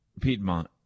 Piedmont